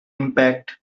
impact